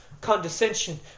condescension